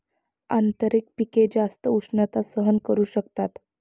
आंतरपिके जास्त उष्णता सहन करू शकतात